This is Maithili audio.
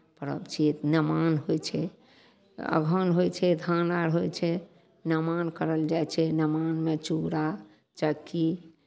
पर्व छियै नेमान होइ छै अगहन होइ छै धान अर होइ छै नेमान करल जाइ छै नेमानमे चूड़ा चक्की